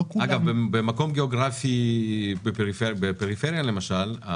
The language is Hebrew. לא כולם --- אגב במקום גיאוגרפי בפריפריה למשל,